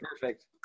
perfect